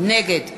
נגד